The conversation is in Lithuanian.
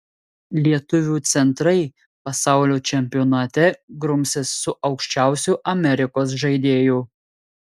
lietuvių centrai pasaulio čempionate grumsis su aukščiausiu amerikos žaidėju